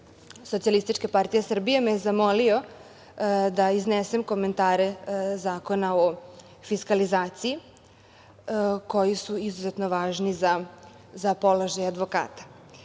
Socijalističke partije Srbije, me je zamolio da iznesem komentare Zakona o fiskalizaciji, koji su izuzetno važni za položaj advokata. Naime,